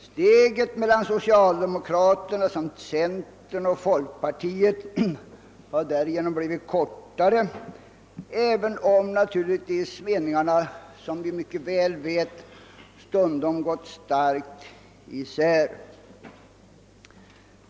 Steget mellan socialdemokraterna samt centern och folkpartiet har därigenom blivit kortare, även om meningarna som vi mycket väl vet stundom gått starkt isär.